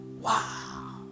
Wow